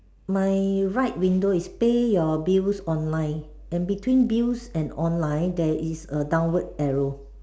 my right window is pay your bills online and between bills and online there is a downward arrow